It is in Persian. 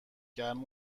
گرم